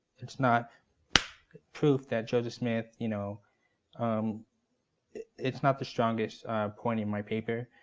it's not proof that joseph smith you know um it's not the strongest point in my paper.